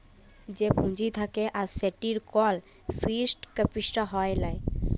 যে পুঁজি থাক্যে আর সেটির কল ফিক্সড ক্যাপিটা হ্যয় লায়